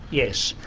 yes.